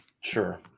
Sure